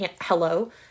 hello